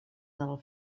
del